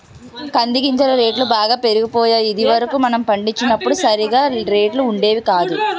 కంది గింజల రేట్లు బాగా పెరిగిపోయాయి ఇది వరకు మనం పండించినప్పుడు సరిగా రేట్లు ఉండేవి కాదు